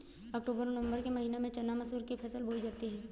अक्टूबर नवम्बर के महीना में चना मसूर की फसल बोई जाती है?